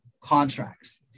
contracts